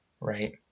right